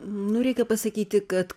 nu reikia pasakyti kad